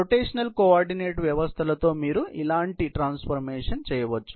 rotational coordinate వ్యవస్థలతో మీరు ఇలాంటి ట్రాన్సఫార్మేషన్ చేయవచ్చు